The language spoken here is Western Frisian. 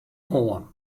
oan